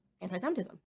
anti-Semitism